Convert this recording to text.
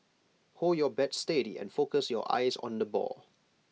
hold your bat steady and focus your eyes on the ball